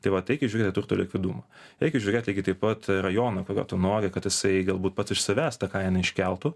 tai vat reikia žiūrėt turto likvidumą reikia žiūrėti lygiai taip pat rajonui tu vat tu nori kad jisai galbūt pats iš savęs tą kainą iškeltų